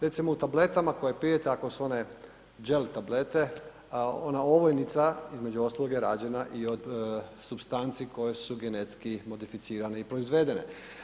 Recimo u tabletama koje pijete ako su one gel tablete ona ovojnica između ostaloga je rađena i od supstanci koje su genetski modificirane i proizvedene.